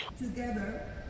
Together